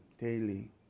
daily